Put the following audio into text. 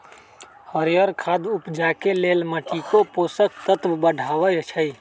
हरियर खाद उपजाके लेल माटीके पोषक तत्व बढ़बइ छइ